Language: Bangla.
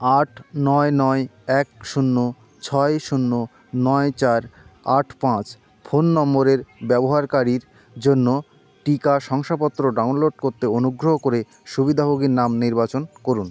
আট নয় নয় এক শূন্য ছয় শূন্য নয় চার আট পাঁচ ফোন নম্বরের ব্যবহারকারীর জন্য টিকা শংসাপত্র ডাউনলোড করতে অনুগ্রহ করে সুবিধাভোগীর নাম নির্বাচন করুন